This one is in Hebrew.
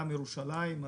גם ירושלים.